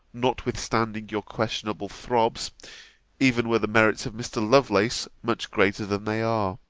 notwithstanding your questionable throbs even were the merits of mr. lovelace much greater than they are.